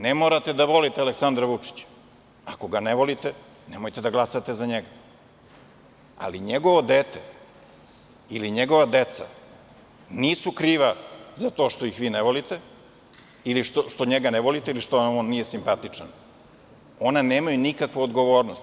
Ne morate da volite Aleksandra Vučića, ako ga ne volite, nemojte da glasate za njega, ali njegovo dete ili njegova deca nisu kriva za to što ih vi ne volite, ili što njega ne volite ili što vam on nije simpatičan, ona nemaju nikakvu odgovornost.